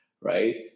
right